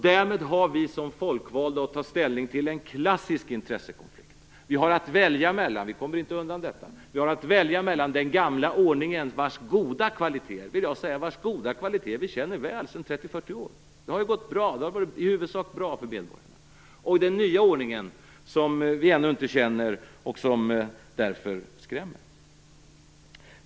Därmed har vi som folkvalda att ta ställning till en klassisk intressekonflikt. Vi kommer inte undan detta. Vi har att välja mellan två ordningar. Vi har den gamla ordningen vars goda kvaliteter - jag vill understryka detta - vi känner väl sedan 30-40 år. Det har ju gått bra. Det har varit i huvudsak bra för medborgarna. Och så har vi den nya ordningen som vi ännu inte känner och som därför skrämmer.